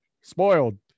Spoiled